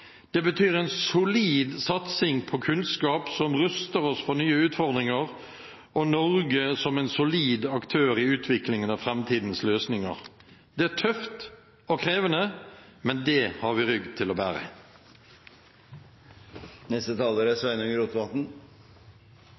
Det betyr en solid satsing på kunnskap som ruster oss for nye utfordringer, og Norge som en solid aktør i utviklingen av framtidens løsninger. Det er tøft og krevende, men det har vi rygg til å bære!